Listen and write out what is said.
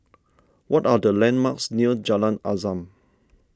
what are the landmarks near Jalan Azam